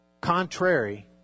contrary